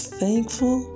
thankful